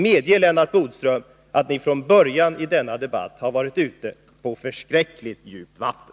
Medge, Lennart Bodström, att ni från början i denna debatt har varit ute på förskräckligt djupt vatten!